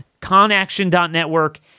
ConAction.network